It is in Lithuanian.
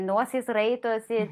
nosis raitosi